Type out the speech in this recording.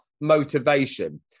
motivation